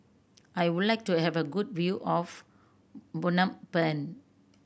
I would like to have a good view of Phnom Penh